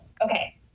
Okay